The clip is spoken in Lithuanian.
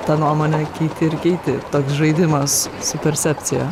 tą nuomonę keiti ir keiti toks žaidimas su percepcija